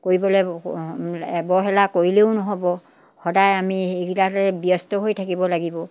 কৰিবলৈ অৱহেলা কৰিলেও নহ'ব সদায় আমি এইবিলাকে ব্যস্ত হৈ থাকিব লাগিব